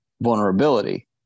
vulnerability